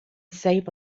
save